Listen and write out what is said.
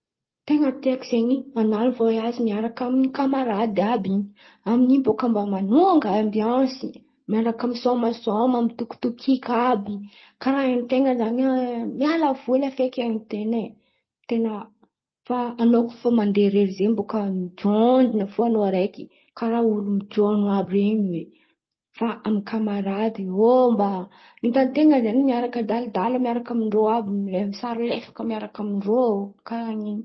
Ten̈a tiako zen̈y man̈ano vôiazy miaraka amin’ny kamarady àby in̈y. Amin’in̈y bôka mba manonga ambiansy miaraka misômasôma, mitokitokiky àby karà henin-ten̈a zan̈y miala voly feky henin-ten̈a. Fa an̈ao koa fa mandeha irery zen̈y bôka, mijônjon̈o fo an-ten̈a raiky karà olo mijôn̈o àby ren̈y oe. Fa amy kamarady io mba hitan-ten̈a zen̈y mba miaraka adaladala amin-drô àby, miaraka misary laifaka miaraka amin-drô karàn’in̈y.